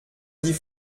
dix